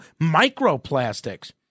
microplastics